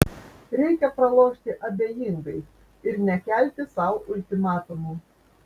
reikia pralošti abejingai ir nekelti sau ultimatumų